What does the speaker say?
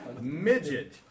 Midget